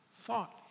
thought